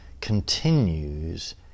continues